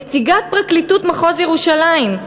נציגת פרקליטות מחוז ירושלים,